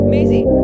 Maisie